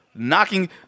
knocking